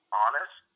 honest